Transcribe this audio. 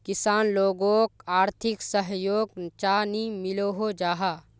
किसान लोगोक आर्थिक सहयोग चाँ नी मिलोहो जाहा?